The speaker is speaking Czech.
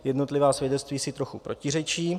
Jednotlivá svědectví si trochu protiřečí.